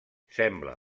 sembla